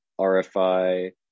RFI